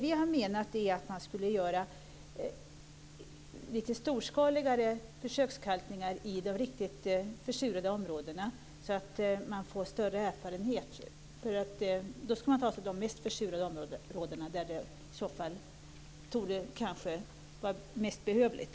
Vi har menat att man ska göra lite mer storskalig försökskalkning i de riktigt försurade områdena så att man får större erfarenhet. Man skulle alltså ta de mest försurade områdena där det torde vara mest behövligt.